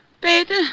Peter